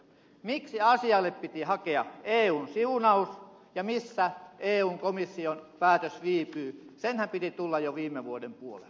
miksi asialle piti hakea eun siunaus ja missä eun komission päätös viipyy senhän piti tulla jo viime vuoden puolella